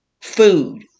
Food